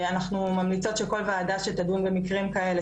אנחנו ממליצות שכל וועדה שתדון במקרים כאלה,